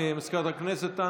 מזכירת הכנסת,